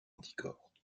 anticorps